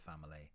family